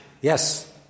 Yes